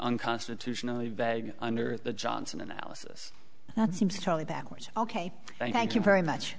unconstitutional under the johnson analysis that seems totally backwards ok thank you very much